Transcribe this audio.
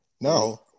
No